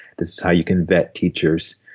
this is how you can vet teachers.